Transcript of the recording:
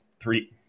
three